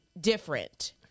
different